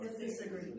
disagree